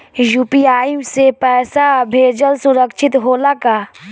UPI से पैसा भेजल सुरक्षित होला का?